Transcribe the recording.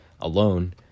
alone